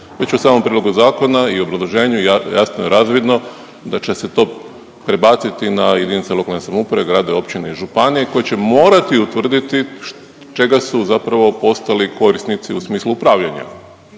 već u samom prijedlogu zakona i obrazloženju jasno je razvidno da će se to prebaciti na jedinice lokalne samouprave, gradove, općine i županije, koji će morati utvrditi čega su zapravo postali korisnici u smislu upravljanja.